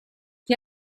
chi